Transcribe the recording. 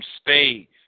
Stay